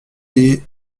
lès